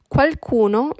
Qualcuno